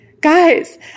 Guys